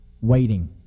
waiting